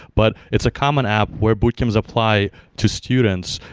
but it's a common app where boot camps apply to students,